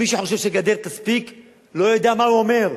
מי שחושב שגדר תספיק לא יודע מה הוא אומר,